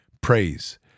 Praise